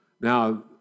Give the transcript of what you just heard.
Now